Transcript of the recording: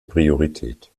priorität